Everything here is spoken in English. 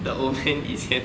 the old man 以前